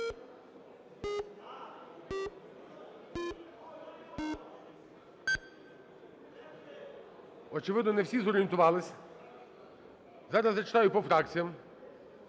Очевидно, не всі зорієнтувалися. Зараз зачитаю по фракціям,